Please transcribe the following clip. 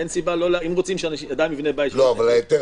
אם רוצים שאדם יבנה בית --- אבל ההיתר